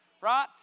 right